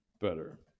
better